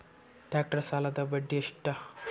Tractor ಸಾಲದ್ದ ಬಡ್ಡಿ ಎಷ್ಟ?